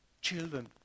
children